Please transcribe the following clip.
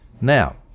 Now